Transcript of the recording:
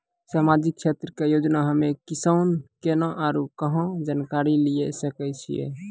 समाजिक क्षेत्र के योजना हम्मे किसान केना आरू कहाँ जानकारी लिये सकय छियै?